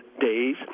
days